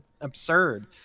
absurd